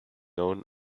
known